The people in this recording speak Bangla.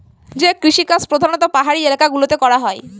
যে কৃষিকাজ প্রধানত পাহাড়ি এলাকা গুলোতে করা হয়